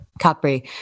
Capri